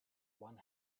one